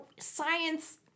science